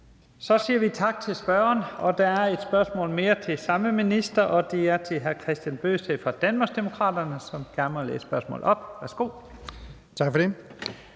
Så siger vi tak til spørgeren. Der er et spørgsmål mere til samme minister, og det er fra Kristian Bøgsted fra Danmarksdemokraterne, som gerne må læse spørgsmålet op. Kl. 15:28 Spm.